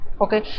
okay